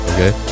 Okay